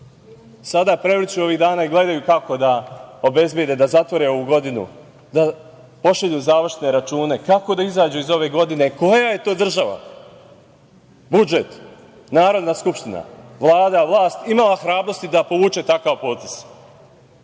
sada prevrću ovih dana i gledaju kako da obezbede, da zatvore ovu godinu, da pošalju završne račune, kako da izađu iz ove godine, koja je to država, budžet, narodna skupština, vlada, vlast imala hrabrosti da povuče takav potez,